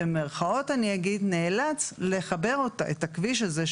אני אומרת במירכאות "נאלץ" לחבר את הכביש הזה,